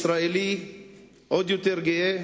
ישראלי עוד יותר גאה,